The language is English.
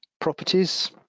properties